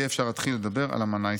יהיה אפשר להתחיל לדבר על אמנה ישראלית".